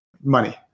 money